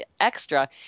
extra